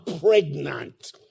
pregnant